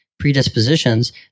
predispositions